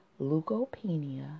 leukopenia